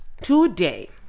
today